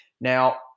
Now